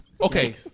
Okay